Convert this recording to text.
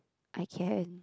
I can